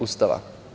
Ustava.